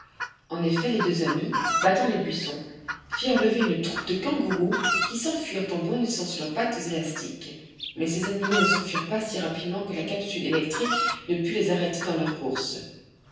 en effet les deux amis battant les buissons firent lever une troupe de kangaroos qui s'enfuirent en bondissant sur leurs pattes élastiques mais ces animaux ne s'enfuirent pas si rapidement que la capsule électrique ne put les arrêter dans leur course